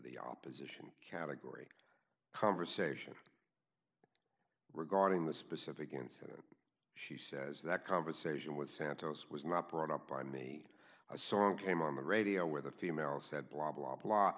the opposition category conversation regarding the specific incident she says that conversation with santos was not brought up by me a song came on the radio where the female said blah blah blah